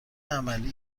عملی